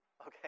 Okay